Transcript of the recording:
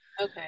Okay